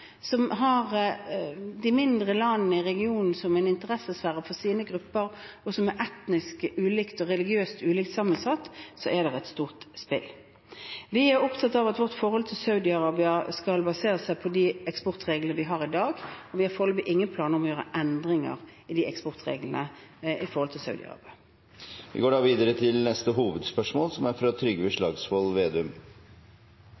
som har de mindre land i regionen som en interessesfære for sine grupper, og som er etnisk ulikt og religiøst ulikt sammensatt. Det er et stort spill. Vi er opptatt av at vårt forhold til Saudi-Arabia skal basere seg på de eksportreglene vi har i dag. Vi har foreløpig ingen planer om å gjøre endringer i eksportreglene overfor Saudi-Arabia. Vi går da videre til neste hovedspørsmål. Det er et langstrakt land vi bor i, og det er aktivitet og verdiskaping fra